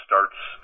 starts